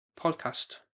podcast